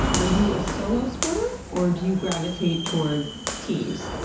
are you a solo sporter, or do you gravitate toward teams?